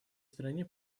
стране